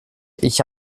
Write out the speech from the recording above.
ich